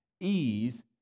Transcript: ease